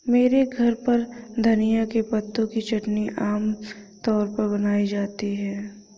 मेरे घर पर धनिए के पत्तों की चटनी आम तौर पर बनाई जाती है